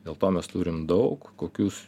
dėl to mes turim daug kokius